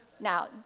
Now